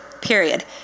period